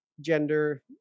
gender